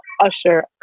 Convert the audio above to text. Usher